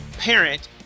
parent